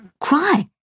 cry